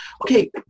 Okay